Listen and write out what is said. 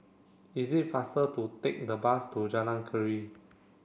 is it faster to take the bus to Jalan Keria